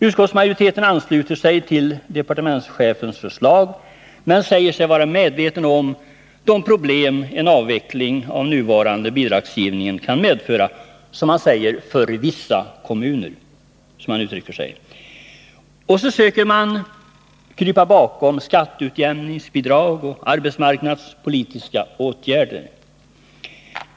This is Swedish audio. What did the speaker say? Utskottsmajoriteten ansluter sig till departementschefens förslag men säger sig vara medveten om de problem som en avveckling av den nuvarande bidragsgivningen kan medföra för — som man uttrycker sig — vissa kommuner. Man försöker krypa bakom skatteutjämningsbidrag och arbetsmarknadspolitiska åtgärder.